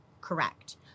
Correct